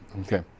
Okay